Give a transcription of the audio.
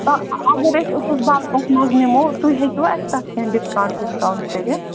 اَگر أسۍ أکِس بَلکَس منٛز نِمَو تُہۍ ہٮ۪کہٕ وٕ اَسہِ تَتھ کیٚنہہ ڈِسکاوُنٹ وِسکاوُنٹ کٔرِتھ